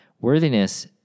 worthiness